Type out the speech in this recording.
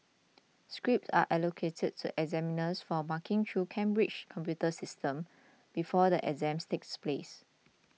scripts are allocated to examiners for marking through Cambridge's computer systems before the exams takes place